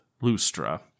Lustra